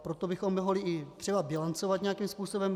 Proto bychom mohli i třeba bilancovat nějakým způsobem.